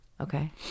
Okay